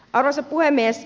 arvoisa puhemies